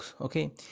okay